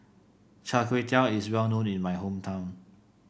Char Kway Teow is well known in my hometown